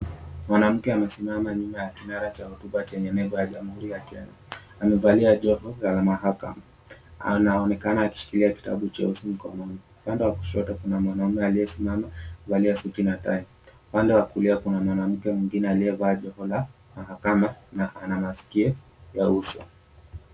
Mwanamke amesimama nyuma ya kinara cha hotuba chenye jamhuri ya Kenya. Amevalia jobo la mahakama anaonekana akishikilia kitabu jeusi mkononi. Upande wa kushoto kuna mwanaume aliyesimama amevalia suti na tai. Upande wa kulia kuna mwanamke mwingine aliyevalia jopo la mahakama na ana mask ya uso.